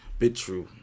BitTrue